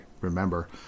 remember